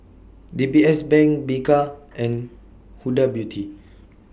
D B S Bank Bika and Huda Beauty